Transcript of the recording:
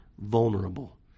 vulnerable